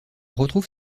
retrouve